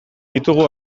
ditugu